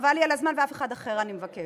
חבל לי על הזמן, ואף אחד אחר, אני מבקשת.